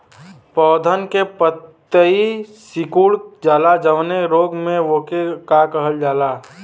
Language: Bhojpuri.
पौधन के पतयी सीकुड़ जाला जवने रोग में वोके का कहल जाला?